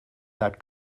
that